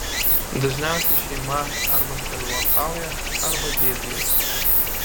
dažniausiai šeima arba sielvartauja arba gėdijasi